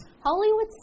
Hollywood